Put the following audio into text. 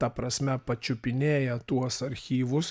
ta prasme pačiupinėję tuos archyvus